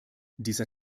dieser